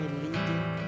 leading